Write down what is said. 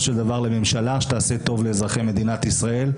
של דבר לממשלה שתעשה טוב לאזרחי מדינת ישראל.